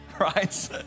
right